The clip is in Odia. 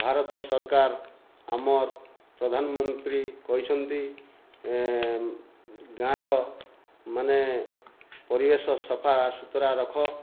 ଭାରତ ସରକାର ଆମର ପ୍ରଧାନମନ୍ତ୍ରୀ କହିଛନ୍ତି ଗାଁର ମାନେ ପରିବେଶ ସଫାସୁତରା ରଖ